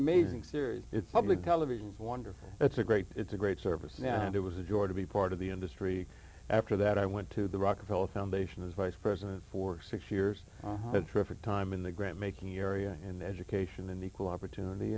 amazing series it's public television's wonderful it's a great it's a great service now and it was a joy to be part of the industry after that i went to the rockefeller foundation as vice president for six years triffitt time in the grant making area and education and equal opportunity